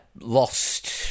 lost